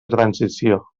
transició